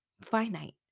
finite